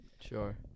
sure